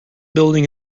building